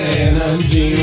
energy